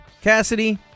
Cassidy